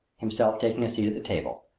himself taking a seat at the table.